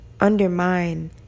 undermine